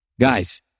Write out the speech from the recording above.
Guys